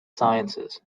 sciences